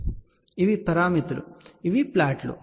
కాబట్టి ఇవి పారామితులు మరియు ఇవి ప్లాట్లు